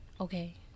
Okay